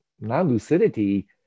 non-lucidity